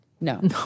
No